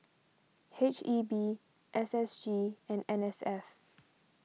H E B S S G and N S F